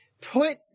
put